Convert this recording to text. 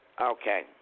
Okay